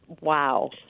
wow